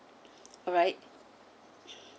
alright